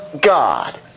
God